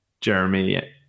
Jeremy